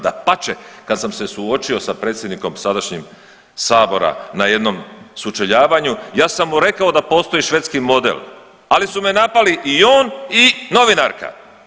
Dapače kad sam se suočio sa predsjednikom sadašnjim sabora na jednom sučeljavanju ja sam mu rekao da švedski model, ali su me napali i on i novinarka.